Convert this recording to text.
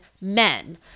men